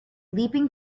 leaping